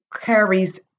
carries